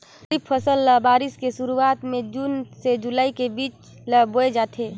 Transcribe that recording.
खरीफ फसल ल बारिश के शुरुआत में जून से जुलाई के बीच ल बोए जाथे